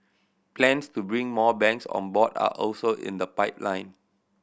plans to bring more banks on board are also in the pipeline